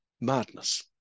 madness